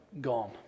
gone